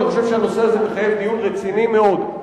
אני חושב שהנושא הזה מחייב דיון רציני מאוד בכנסת.